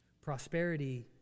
Prosperity